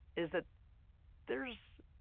is that there's